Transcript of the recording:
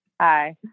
Hi